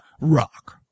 rock